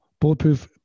Bulletproof